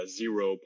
zero